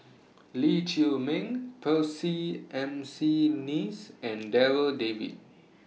Lee Chiaw Meng Percy M C Neice and Darryl David